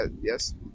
Yes